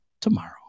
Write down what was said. tomorrow